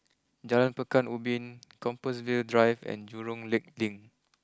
Jalan Pekan Ubin Compassvale Drive and Jurong Lake Link